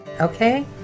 Okay